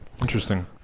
Interesting